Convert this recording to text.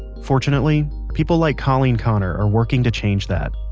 fortunately, people like colleen connor are working to change that